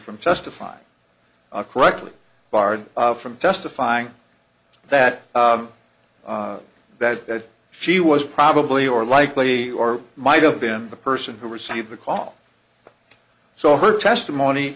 from testifying correctly barred from testifying that that she was probably or likely or might have been the person who received the call so her testimony